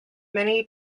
many